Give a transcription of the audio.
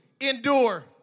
endure